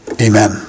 Amen